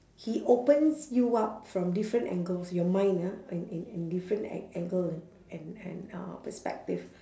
he opens you up from different angles your mind ah in in in different an~ angle and and and uh perspective